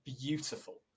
beautiful